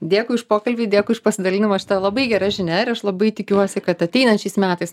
dėkui už pokalbį dėkui už pasidalinimą šita labai gera žinia ir aš labai tikiuosi kad ateinančiais metais